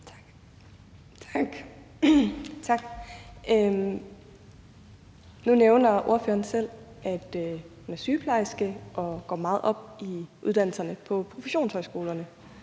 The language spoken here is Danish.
Tak. Nu nævner ordføreren selv, at hun er sygeplejerske og går meget op i uddannelserne på professionshøjskolerne.